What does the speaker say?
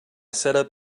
setup